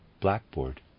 blackboard